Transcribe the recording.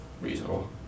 Reasonable